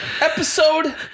episode